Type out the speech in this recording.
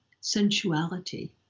sensuality